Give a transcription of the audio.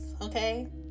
Okay